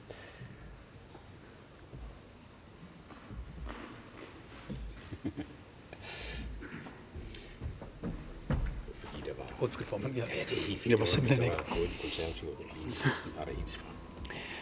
Der er simpelt hen ikke